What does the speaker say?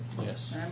Yes